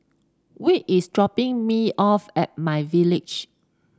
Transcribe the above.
Whit is dropping me off at MyVillage